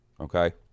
okay